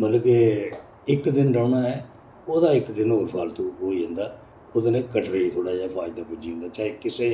मतलब के इक दिन रौह्ना ऐ ओह्दा इक दिन होर फालतू होई जंदा ओह्दे कन्नै कटरे गी थोह्ड़ा जेहा फायदा पुज्जी जंदा चाहे कुसै